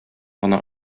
гына